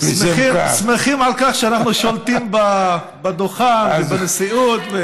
שמחים על כך שאנחנו שולטים בדוכן ובנשיאות.